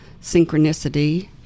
synchronicity